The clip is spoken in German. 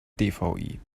dvi